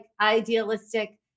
idealistic